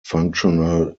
functional